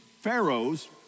pharaohs